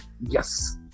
yes